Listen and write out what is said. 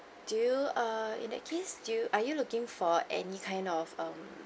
do you err in that case do you are you looking for any kind of um